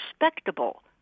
respectable